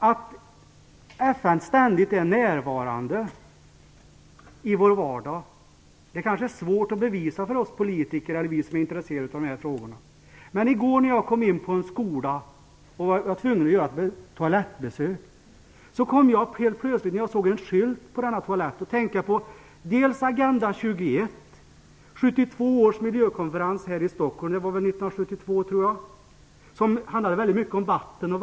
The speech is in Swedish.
Att FN ständigt är närvarande i vår vardag är det kanske svårt för oss politiker och för oss som är intresserade av de här frågorna att bevisa. I går när jag var ute på en skola var jag tvungen att göra ett toalettbesök. Jag såg en skylt på denna toalett som helt plötsligt fick mig att tänka på Agenda 21 och miljökonferensen i Stockholm - jag vill minnas att året var 1972 - som handlade mycket om vattenfrågor.